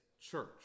church